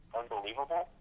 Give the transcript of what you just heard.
unbelievable